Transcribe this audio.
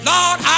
Lord